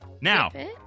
Now